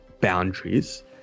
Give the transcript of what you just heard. boundaries